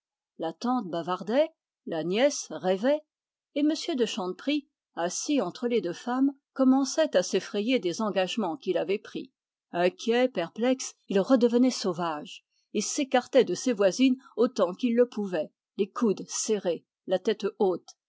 la tante bavardait la nièce rêvait et m de chanteprie assis entre les deux femmes commençait à s'effrayer des engagements qu'il avait pris inquiet perplexe il redevenait sauvage et s'écartait de ses voisines autant qu'il le pouvait les coudes serrés la tête haute